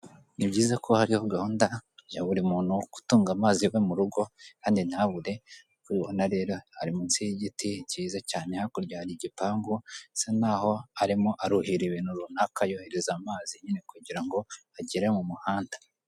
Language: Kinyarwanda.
Ni byiza ko hajyaho gahunda ya buri muntu gutunga amazi iwe murugo kandi ntabure, uriya ubona rero ari munsi y'igiti kiza cyane hakurya hari igipangu asa naho arimo aruhira ibintu runaka yohereza amazi nyine kugira ngo agere mu muhanda.